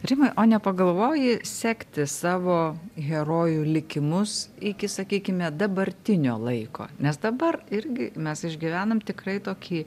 rimai o nepagalvoji sekti savo herojų likimus iki sakykime dabartinio laiko nes dabar irgi mes išgyvenam tikrai tokį